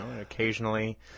occasionally